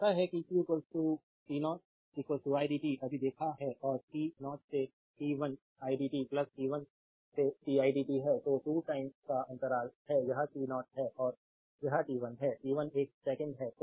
तो पता है कि q t0 to idt अभी देखा है और t 0 से t 1 idt t 1 से t i dt है तो 2 टाइम का अंतराल है यह t0 है और यह t 1 है t 1 एक सेकंड है